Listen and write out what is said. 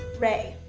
ray.